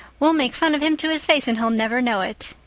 we'll make fun of him to his face and he'll never know it.